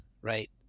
right